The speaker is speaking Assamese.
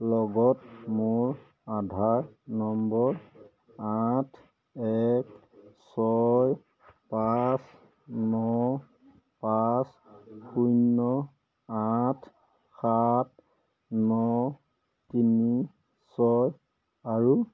লগত মোৰ আধাৰ নম্বৰ আঠ এক ছয় পাঁচ ন পাঁচ শূন্য আঠ সাত ন তিনি ছয় আৰু